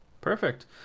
Perfect